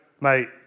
mate